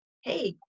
Hey